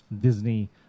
Disney